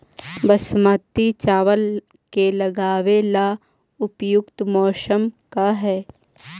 बासमती चावल के लगावे ला उपयुक्त मौसम का है?